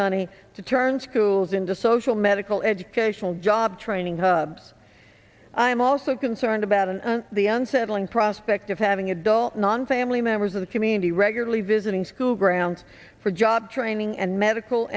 money to turn schools into social medical educational job training hubs i am also concerned about and the unsettling prospect of having adult non family members of the community regularly visiting school grounds for job training and medical